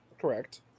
Correct